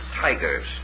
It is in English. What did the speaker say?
tigers